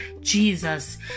Jesus